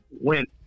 went